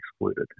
excluded